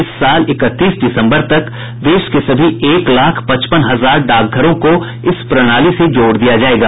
इस साल इकतीस दिसंबर तक देश के सभी एक लाख पचपन हजार डाकघरों को इस प्रणाली से जोड़ दिया जाएगा